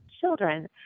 children